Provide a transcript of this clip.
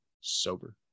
sober